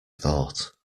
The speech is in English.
thought